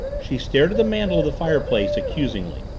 she stared at the mantel of the fireplace accusingly.